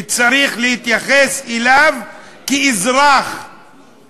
צריך להתייחס אליו כלאזרח,